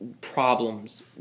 problems